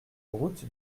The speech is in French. route